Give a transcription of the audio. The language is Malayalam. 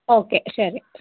ഓക്കെ ശരി